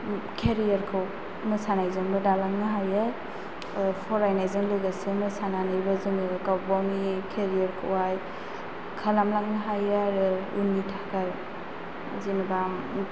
केरियारखौ मोसानाय जोंबो दालांनो हायो फरायनायजों लोगोसे मोसानानैबो जोङो गावबागावनि केरियारखौ खालामलांनो हायो आरो उननि थाखाय जेन'बा